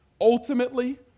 ultimately